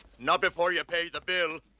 not before you pay the bill,